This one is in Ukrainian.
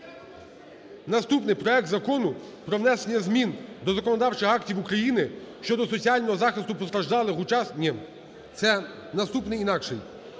Наступний проект Закону про внесення змін до законодавчих актів України щодо соціального захисту постраждалих… Ні, це наступний інакший.